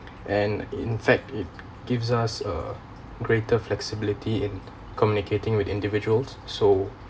and in fact it gives us a greater flexibility in communicating with individuals so